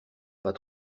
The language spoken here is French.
pas